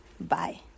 Bye